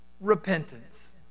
repentance